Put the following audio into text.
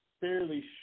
fairly